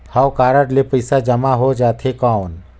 हव कारड ले पइसा जमा हो जाथे कौन?